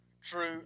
true –